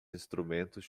instrumentos